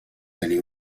tenir